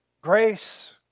Grace